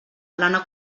plana